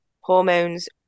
hormones